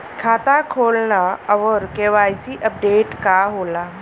खाता खोलना और के.वाइ.सी अपडेशन का होला?